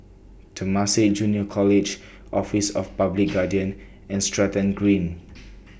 Temasek Junior College Office of The Public Guardian and Stratton Green